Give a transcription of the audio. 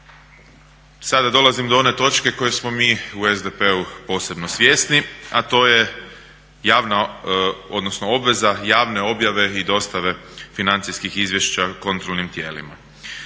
Sada dolazim do one točke koje smo mi u SDP-u posebno svjesni a to je javna, odnosno obveza javne objave i dostave financijskih izvješća kontrolnim tijelima.